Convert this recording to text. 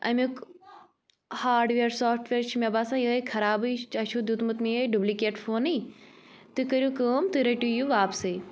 اَمیُک hardware software چھُ مےٚ باسان یِہَے خرابٕے تۄہہِ چھُو دیُتمُت مےٚ یِہَے ڈُبلِکیٹ فونٕے تُہۍ کٔرِو کٲم تُہۍ رٔٹِو یہِ واپسٕے